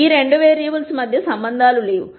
ఈ రెండు వేరియబుల్స్ మధ్య సంబంధాలు లేవు